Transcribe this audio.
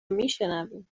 میشنویم